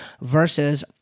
versus